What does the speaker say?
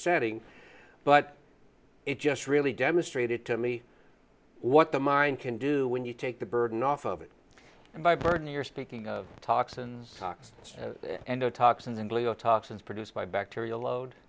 setting but it just really demonstrated to me what the mind can do when you take the burden off of it and by burden you're speaking of toxins and the toxins and leo toxins produced by bacteria load